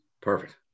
Perfect